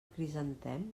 crisantem